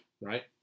Right